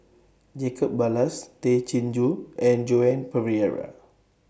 Jacob Ballas Tay Chin Joo and Joan Pereira